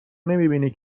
نمیبینی